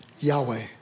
Yahweh